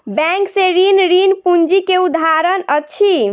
bank से ऋण, ऋण पूंजी के उदाहरण अछि